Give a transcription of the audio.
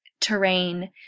terrain